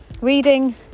reading